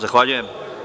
Zahvaljujem.